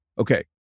Okay